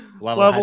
level